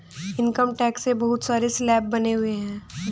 income tax के बहुत सारे स्लैब बने हुए हैं